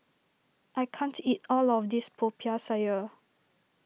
I can't eat all of this Popiah Sayur